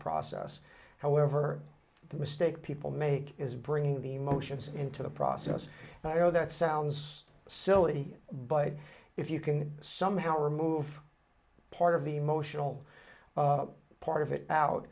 process however the mistake people make is bringing the emotions into the process and i know that sounds silly but if you can somehow remove part of the emotional part of it out